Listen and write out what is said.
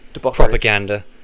propaganda